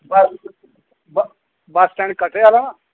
बस stand कटरे आह्ला